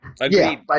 Agreed